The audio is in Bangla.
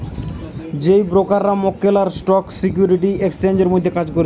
যেই ব্রোকাররা মক্কেল আর স্টক সিকিউরিটি এক্সচেঞ্জের মধ্যে কাজ করছে